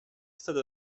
stata